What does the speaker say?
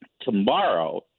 tomorrow